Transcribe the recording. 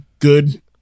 Good